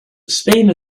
spain